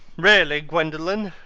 really, gwendolen,